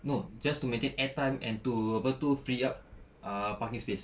no just to maintain airtime and to apa tu free up ah parking space